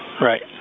right